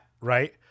Right